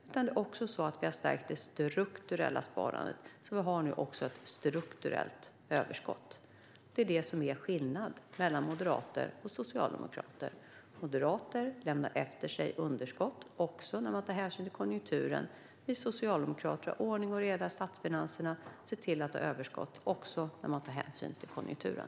Vi har också stärkt det strukturella sparandet, så att vi nu också har ett strukturellt överskott. Det är det som är skillnaden mellan moderater och socialdemokrater. Moderater lämnar efter sig underskott, även när man tar hänsyn till konjunkturen. Vi socialdemokrater har ordning och reda i statsfinanserna och ser till att ha överskott, även när man tar hänsyn till konjunkturen.